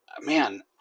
man